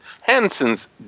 Hansen's